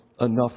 enough